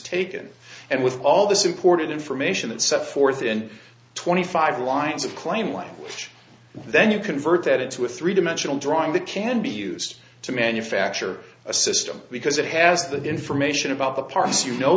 taken and with all this important information that set forth in twenty five lines of claim language then you convert that into a three dimensional drawing that can be used to manufacture a system because it has the information about the parts you know